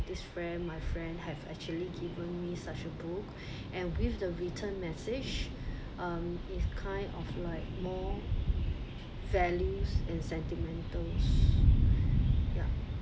this friend my friend have actually given me such a book and with the written message um is kind of like more values and sentimental yup